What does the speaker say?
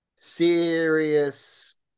Serious